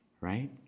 right